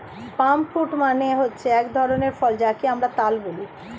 পাম fruit মানে হচ্ছে এক ধরনের ফল যাকে আমরা তাল বলি